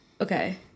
Okay